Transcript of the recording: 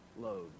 load